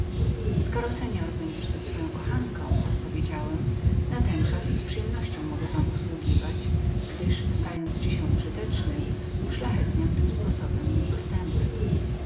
skoro pan będziesz z swoją kochanką odpowiedziałem natenczas z przyjemnością mogę usługiwać gdyż stając się panu użytecznym uszlachetniam tym sposobem mój postępek